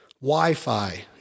Wi-Fi